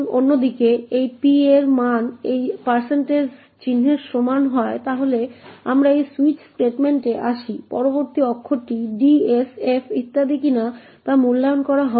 অন্যদিকে যদি p এর মান এই চিহ্নের সমান হয় তাহলে আমরা এই সুইচ স্টেটমেন্টে আসি পরবর্তী অক্ষরটি ds f ইত্যাদি কিনা তা মূল্যায়ন করা হবে